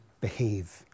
behave